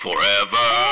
Forever